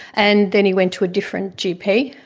and then he went to a different gp,